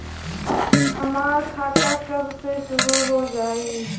हमार खाता कब से शूरू हो जाई?